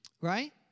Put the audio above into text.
right